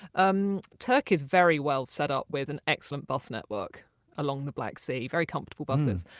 um turkey is very well set up with an excellent bus network along the black sea very comfortable buses.